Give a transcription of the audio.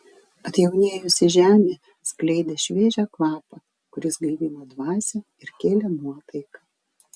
atjaunėjusi žemė skleidė šviežią kvapą kuris gaivino dvasią ir kėlė nuotaiką